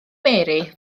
mary